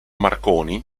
marconi